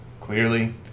clearly